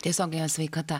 tiesiog sveikata